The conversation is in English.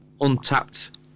untapped